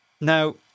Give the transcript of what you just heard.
Now